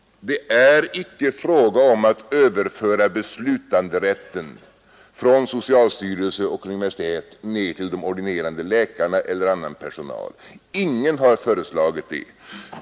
Det är icke fråga om att överföra beslutanderätten från socialstyrelsen och Kungl. Maj:t ned till de ordinerande läkarna eller annan personal. Ingen har föreslagit det.